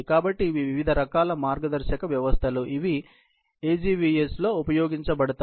కాబట్టి ఇవి వివిధ రకాల మార్గదర్శక వ్యవస్థలు ఇవి AGVS లో ఉపయోగించబడతాయి